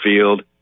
field